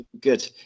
good